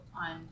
on